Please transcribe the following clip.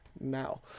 now